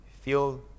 Feel